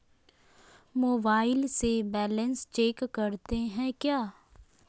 Mobile से balance check करते हैं क्या?